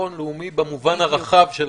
בטחון לאומי במובן הרחב של המילה.